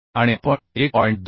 आणि आपण 1